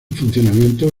funcionamiento